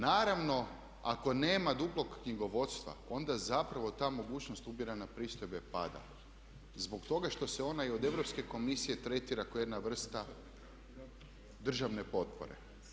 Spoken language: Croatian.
Naravno ako nema duplog knjigovodstva, onda zapravo ta mogućnost ubirane pristojbe pada zbog toga što se onaj od Europske Komisije tretira kao jedna vrsta državne potpore.